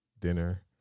dinner